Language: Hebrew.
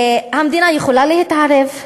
המדינה יכולה להתערב.